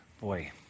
boy